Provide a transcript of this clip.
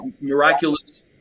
miraculous